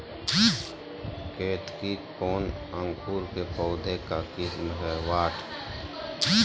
केतकी कौन अंकुर के पौधे का किस्म है?